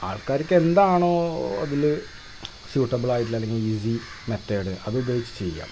ആൾക്കാർക്ക് എന്താണോ അതിൽ സ്യൂട്ടബിളായിട്ടുള്ള അല്ലെങ്കിൽ ഈസി മെത്തേഡ് അതുപയോഗിച്ച് ചെയ്യുക